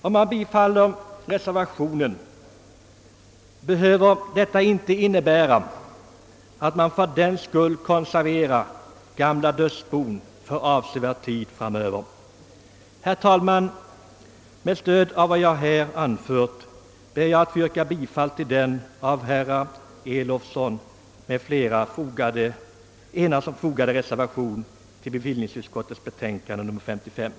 Ett bifall till reservationen behöver därför inte innebära att man konserverar gamla dödsbon för avsevärd tid framåt. Herr talman! Med stöd av vad jag har anfört ber jag att få yrka bifall till den av herr Elofsson m.fl. till utskottets betänkande fogade reservationen.